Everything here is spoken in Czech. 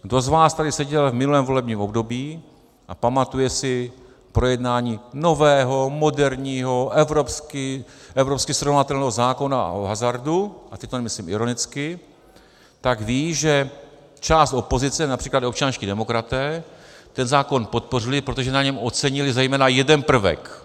Kdo z vás tady seděl v minulém volebním období a pamatuje si projednání nového, moderního, evropsky srovnatelného zákona o hazardu a teď to nemyslím ironicky tak ví, že část opozice, například občanští demokraté, ten zákon podpořili, protože na něm ocenili zejména jeden prvek.